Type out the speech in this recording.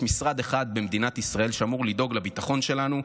יש משרד אחד במדינת ישראל שאמור לדאוג לביטחון שלנו,